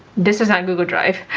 this is not google drive.